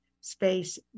space